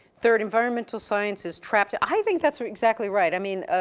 third environmental science is trapped. i think that's exactly right. i mean